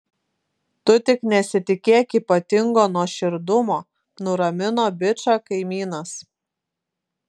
tu tik nesitikėk ypatingo nuoširdumo nuramino bičą kaimynas